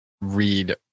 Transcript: read